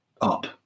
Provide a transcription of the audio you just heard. up